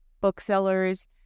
booksellers